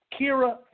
Kira